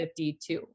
52